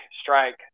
strike